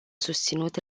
susținut